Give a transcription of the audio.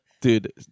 Dude